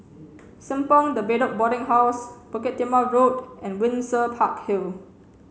Simpang De Bedok Boarding House Bukit Timah Road and Windsor Park Hill